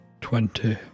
Twenty